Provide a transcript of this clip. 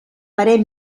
parer